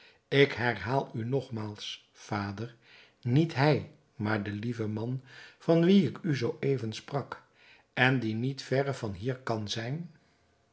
ik herhaal u nogmaals vader niet hij maar de lieve man van wien ik u zoo even sprak en die niet verre van hier kan zijn